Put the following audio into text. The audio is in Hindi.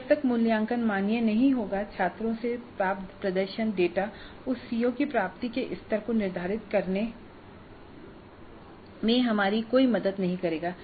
जब तक मूल्यांकन मान्य नहीं होगा छात्रों से प्राप्त प्रदर्शन डेटा उस सीओ की प्राप्ति के स्तर को निर्धारित करने में हमारी कोई मदद नहीं करेगा